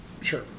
Sure